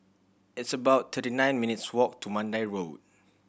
it's about thirty nine minutes' walk to Mandai Road